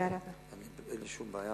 אין לי שום בעיה.